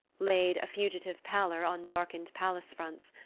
laid a fugitive pallor on darkened palace-fronts,